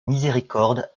miséricorde